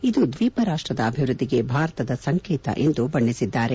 ಇದು ದ್ವೀಪ ರಾಷ್ಷದ ಅಭಿವೃದ್ದಿಗೆ ಭಾರತದ ಸಂಕೇತ ಎಂದು ಬಣ್ಣಿಸಿದ್ದಾರೆ